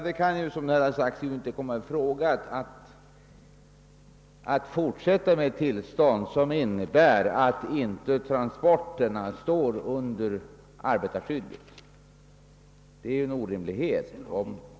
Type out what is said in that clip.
Det kan givetvis inte komma i fråga att ett tillstånd skulle bevaras, som innebär att transporterna inte står under arbetarskyddsstyrelsens överinseende.